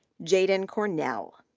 jaden cornell,